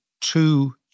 two